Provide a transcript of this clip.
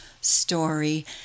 story